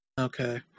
Okay